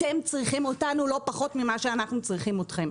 אתם צריכים אותנו לא פחות ממה שאנחנו צריכים אתכם.